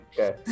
Okay